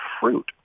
fruit